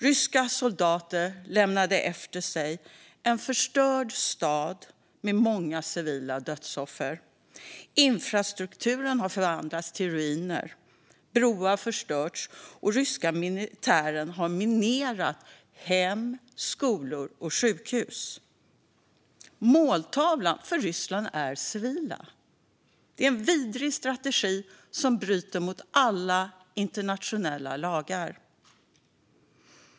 Ryska soldater lämnade efter sig en förstörd stad med många civila dödsoffer. Infrastrukturen har förvandlats till ruiner och broar förstörts. Och den ryska militären har minerat hem, skolor och sjukhus. Måltavla för Ryssland är civila. Det är en vidrig strategi som bryter mot alla internationella lagar.